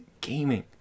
Gaming